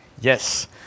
Yes